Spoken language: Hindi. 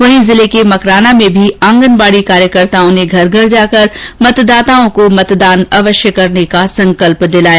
वहीं जिले के मकराना में भी आंगनबाडी कार्यकर्ताओं ने घर घर जाकर मतदाताओं को मतदान अवश्य करने का संकल्प दिलाया